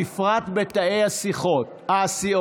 בפרט בתאי הסיעות.